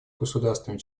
государствами